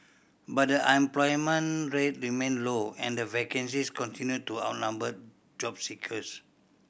but the unemployment rate remained low and vacancies continued to outnumber job seekers